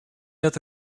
dat